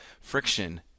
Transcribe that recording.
Friction